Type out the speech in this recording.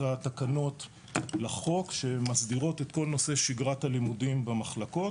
התקנות לחוק שמסדירות את כל נושא שגרת הלימודים במחלקות.